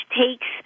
takes